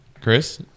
Chris